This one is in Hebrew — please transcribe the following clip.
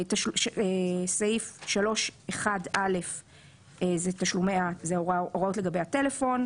סעיף 3(1)(א) זה ההוראות לגבי הטלפון.